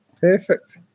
perfect